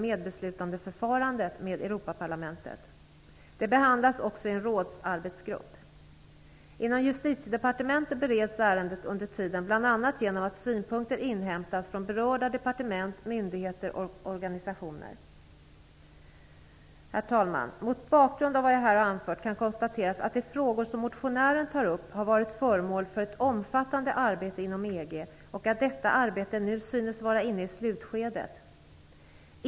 Det behandlas också i en rådsarbetsgrupp. Inom Justitiedepartementet bereds ärendet under tiden bl.a. genom att synpunkter inhämtas från berörda departement, myndigheter och organisationer. Herr talman! Mot bakgrund av vad jag här har anfört kan konstateras att de frågor som motionären tar upp har varit föremål för ett omfattande arbete inom EG och att detta arbete nu synes vara inne i slutskedet.